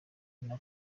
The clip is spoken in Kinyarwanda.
niko